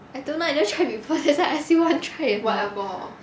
I don't know I never try before that's why I ask you wanna try or not